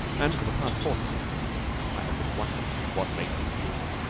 and for the past fortnight i have been wondering what made him do it.